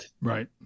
Right